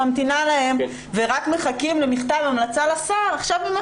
נאמר שרק מחכים למכתב המלצה לשר ועכשיו אנחנו